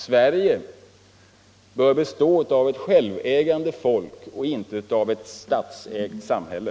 Sverige bör bestå av ett självägande folk, inte av ett statsägt samhälle.